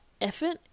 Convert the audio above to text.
effort